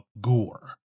gore